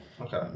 Okay